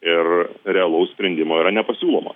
ir realaus sprendimo yra nepasiūloma